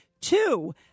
two